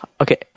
okay